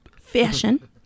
Fashion